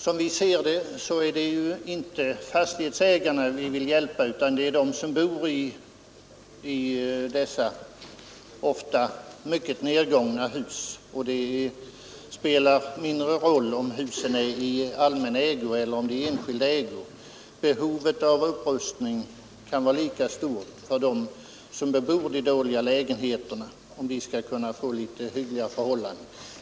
Som vi ser saken är det inte fastighetsägarna vi vill hjälpa utan dem som bor i dessa mycket ofta nergångna hus. Det spelar mindre roll om husen är i allmän eller enskild ägo; behovet av upprustning kan vara lika stort för dem som bor i dåliga lägenheter att de skall kunna hyggliga förhållanden.